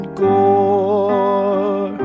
gore